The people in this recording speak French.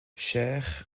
chers